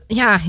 ja